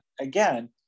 again